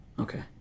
Okay